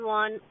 one